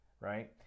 right